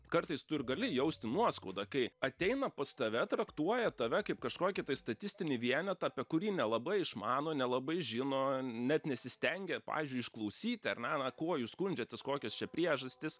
kartais tu ir gali jausti nuoskaudą kai ateina pas tave traktuoja tave kaip kažkokį tai statistinį vienetą apie kurį nelabai išmano nelabai žino net nesistengia pavyzdžiui išklausyt ar ne na kuo jūs skundžiatės kokios čia priežastys